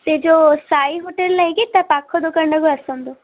ସେ ଯେଉଁ ସାଇ ହୋଟେଲ୍ ନାହିଁ କି ତା ପାଖ ଦୋକାନଟାକୁ ଆସନ୍ତୁ